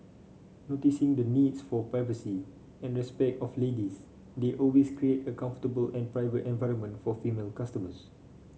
noticing the needs for privacy and respect of ladies they always create a comfortable and private environment for female customers